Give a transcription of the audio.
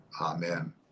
Amen